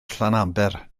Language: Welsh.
llanaber